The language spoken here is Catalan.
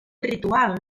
ritual